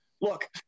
Look